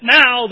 now